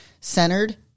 centered